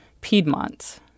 Piedmont